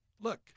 Look